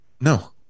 No